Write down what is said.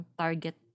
target